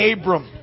Abram